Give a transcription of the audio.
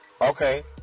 Okay